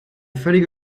völlige